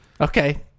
Okay